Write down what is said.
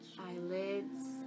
Eyelids